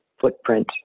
footprint